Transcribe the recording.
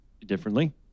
Differently